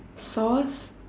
sauce